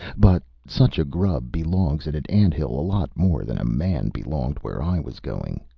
but such a grub belongs in an ant-hill a lot more than a man belonged where i was going.